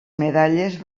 medalles